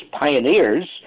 pioneers